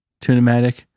tunematic